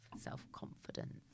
self-confidence